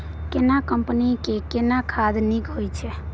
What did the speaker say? केना कंपनी के केना खाद नीक होय छै?